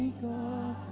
god